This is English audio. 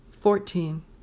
Fourteen